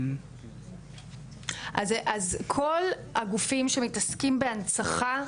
אז כל הגופים שמתעסקים בהנצחה,